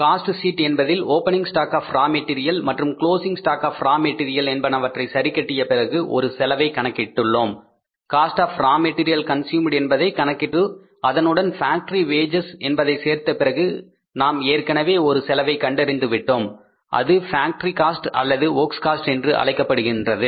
cost sheet என்பதில் opening stock of raw material மற்றும் closing stock raw material என்பனவற்றை சரி கட்டிய பிறகு ஒரு செலவை கணக்கிட்டுள்ளோம் cost of raw material consumed என்பதை கணக்கிட்டு அதனுடன் ஃபேக்டரி வேஜஸ் என்பதை சேர்த்த பிறகு நாம் ஏற்கனவே ஒரு செலவை கண்டறிந்து விட்டோம் அது ஃபேக்டரி காஸ்ட் அல்லது வொர்க்ஸ் காஸ்ட் என்று அழைக்கப்படுகின்றது